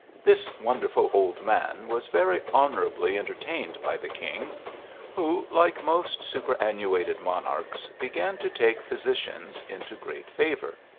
this wonderful old man was very honourably en tertained by the king who, like most superannu ated monarchs, began to take physicians into great favour.